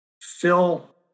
Phil